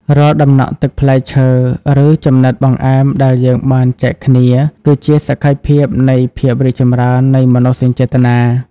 រាល់ដំណក់ទឹកផ្លែឈើ ឬចំណិតបង្អែមដែលយើងបានចែកគ្នា គឺជាសក្ខីភាពនៃភាពរីកចម្រើននៃមនោសញ្ចេតនា។